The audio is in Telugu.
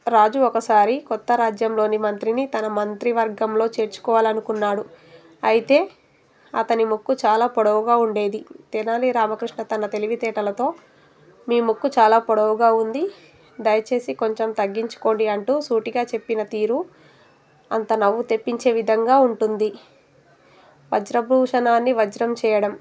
రాజు ఒకసారి క్రొత్త రాజ్యంలోని మంత్రిని తన మంత్రి వర్గంలో చేర్చుకోవాలనుకున్నాడు అయితే అతని ముక్కు చాలా పొడవుగా ఉండేది తెనాలి రామకృష్ణ తన తెలివితేేటలతో మీ ముక్కు చాలా పొడవుగా ఉంది దయచేసి కొంచెం తగ్గించుకోండి అంటూ సూటిగా చెప్పిన తీరు అంత నవ్వు తెప్పించే విధంగా ఉంటుంది వజ్రభూషణాన్ని వజ్రం చేయడం